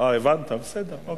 הבנת, בסדר.